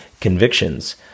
convictions